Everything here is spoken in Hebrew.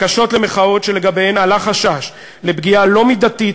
בקשות למחאות שלגביהן עלה חשש לפגיעה לא מידתית,